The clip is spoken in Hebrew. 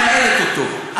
שמנהלת אותו.